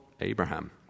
Abraham